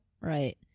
Right